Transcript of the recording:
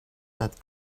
that